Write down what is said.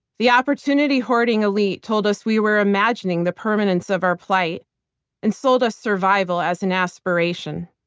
the opportunity-hoarding elite told us we were imagining the permanence of our plight and sold us survival as an aspiration.